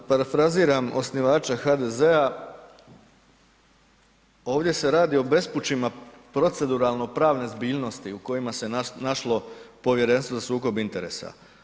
Da parafraziram osnivača HDZ-a, ovdje se radi o bespućima proceduralno pravne zbiljnosti u kojima se našlo Povjerenstvo za sukob interesa.